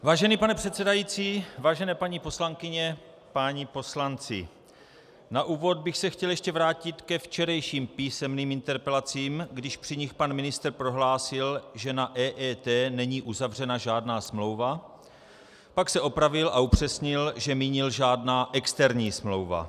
Vážený pane předsedající, vážené paní poslankyně, páni poslanci, na úvod bych se chtěl ještě vrátit ke včerejším písemným interpelacím, když při nich pan ministr prohlásil, že na EET není uzavřena žádná smlouva, pak se opravil a upřesnil, že mínil žádná externí smlouva.